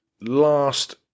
Last